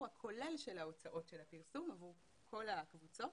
הכולל של ההוצאות של הפרסום עבור כל הקבוצות,